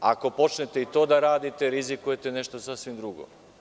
Ako počnete i to da radite rizikujete nešto sasvim drugo.